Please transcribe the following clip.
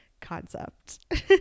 concept